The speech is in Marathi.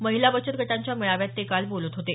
महिला बचत गटांच्या मेळाव्यात ते काल बोलत होते